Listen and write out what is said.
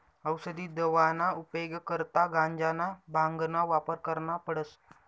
औसदी दवाना उपेग करता गांजाना, भांगना वापर करना पडस